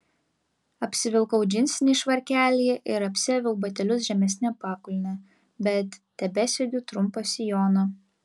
apsivilkau džinsinį švarkelį ir apsiaviau batelius žemesne pakulne bet tebesegiu trumpą sijoną